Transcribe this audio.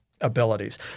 abilities